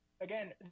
again